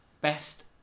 Best